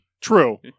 true